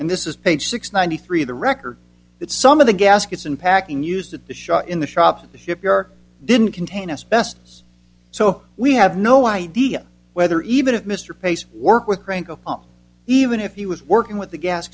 and this is page six ninety three of the record that some of the gaskets and packing used at the shop in the shop at the shipyard didn't contain asbestos so we have no idea whether even if mr pace work with crank up even if he was working with the gas